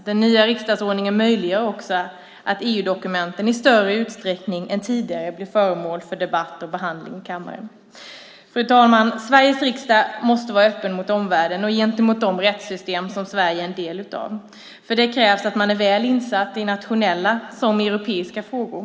Den nya riksdagsordningen möjliggör också att EU-dokumenten i större utsträckning än tidigare blir föremål för debatt och behandling i kammaren. Fru talman! Sveriges riksdag måste vara öppen gentemot omvärlden och gentemot de rättssystem som Sverige är en del utav. För det krävs att man är väl insatt i såväl nationella som europeiska frågor.